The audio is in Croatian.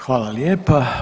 Hvala lijepa.